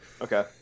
Okay